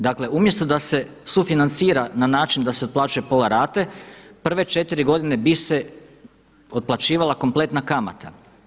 Dakle, umjesto da se sufinancira na način da se otplaćuje pola rate prve četiri godine bi se otplaćivala kompletna kamata.